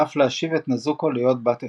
ואף להשיב את נזוקו להיות בת אנוש.